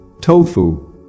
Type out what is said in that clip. Tofu